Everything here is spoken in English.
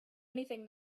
anything